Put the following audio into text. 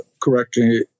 correctly